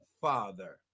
father